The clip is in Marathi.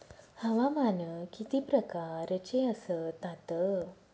हवामान किती प्रकारचे असतात?